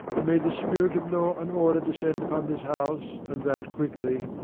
and may the spirit of law and order descend upon this house, and that quickly.